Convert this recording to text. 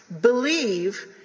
believe